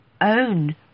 own